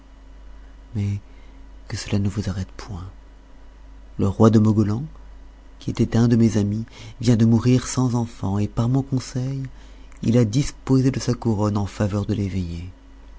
mais que cela ne vous arrête point le roi de mogolan qui était un de mes amis vient de mourir sans enfants et par mon conseil il a disposé de sa couronne en faveur de l'eveillé